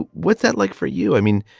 what's that like for you? i mean,